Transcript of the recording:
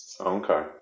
Okay